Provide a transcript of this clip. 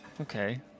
Okay